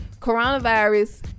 Coronavirus